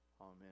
amen